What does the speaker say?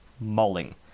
mulling